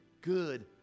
good